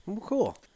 Cool